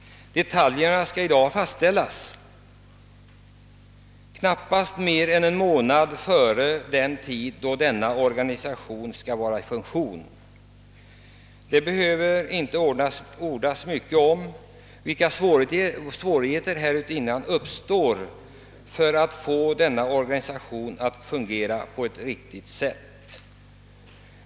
Detaljerna skall i dag fastställas, knappast mer än en månad innan denna organisation skall träda i funktion. Det behöver inte ordas mycket om vilka svårigheter som uppstår när det gäller att få organisationen att fungera på ett riktigt sätt.